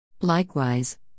Likewise